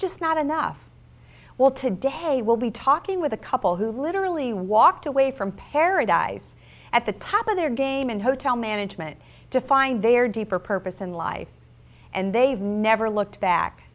just not enough well today we'll be talking with a couple who literally walked away from paradise at the top of their game in hotel management to find their deeper purpose in life and they've never looked back